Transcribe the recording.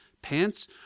pants